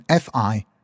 fi